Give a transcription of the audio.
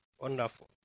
Wonderful